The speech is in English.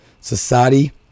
society